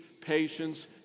patience